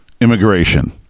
immigration